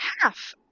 half